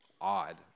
odd